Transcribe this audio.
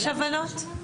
יש הבנות?